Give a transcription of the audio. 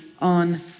on